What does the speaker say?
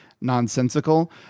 nonsensical